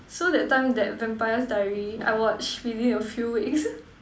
so that time that Vampire Diaries I watch within few weeks